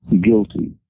guilty